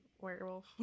werewolf